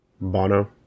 Bono